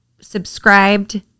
subscribed